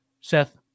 Seth